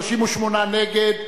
38 נגד,